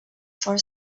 for